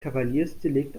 kavaliersdelikt